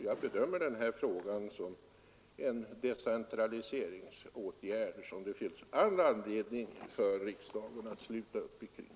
Jag bedömer detta som en decentraliseringsåtgärd som det finns all anledning för riksdagen att sluta upp omkring.